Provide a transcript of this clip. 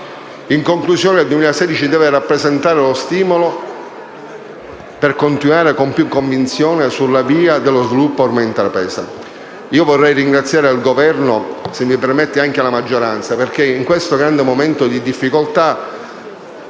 In conclusione, il 2016 deve rappresentare lo stimolo per continuare con più convinzione sulla via dello sviluppo ormai intrapresa. Io vorrei ringraziare il Governo e, se mi permette, anche la maggioranza, perché in questo momento di grande difficoltà